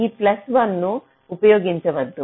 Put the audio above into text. ఈ ప్లస్ 1 ను ఉపయోగించవద్దు